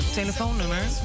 telefoonnummer